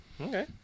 Okay